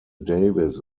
davis